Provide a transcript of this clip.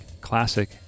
classic